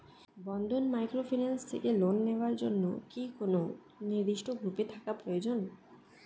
বন্ধন microfinance থেকে loan নেওয়ার জন্য কি কোন নির্দিষ্ট গ্রুপে থাকা প্রয়োজন?